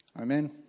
Amen